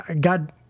God